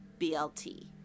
BLT